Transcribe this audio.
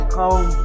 home